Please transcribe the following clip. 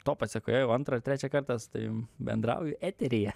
to pasekoje jau antrą ar trečią kartą su tavim bendrauju eteryje